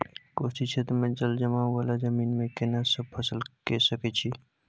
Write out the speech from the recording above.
कोशी क्षेत्र मे जलजमाव वाला जमीन मे केना सब फसल के सकय छी?